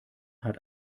hat